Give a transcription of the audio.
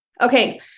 Okay